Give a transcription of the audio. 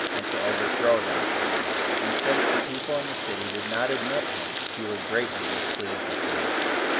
and to overthrow them and since the people in the city did not admit him, he was greatly displeased at them.